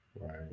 Right